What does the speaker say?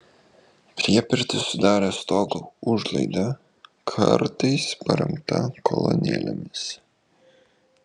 priepirtį sudarė stogo užlaida kartais paremta kolonėlėmis